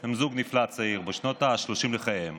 הם זוג צעיר נפלא בשנות השלושים לחייהם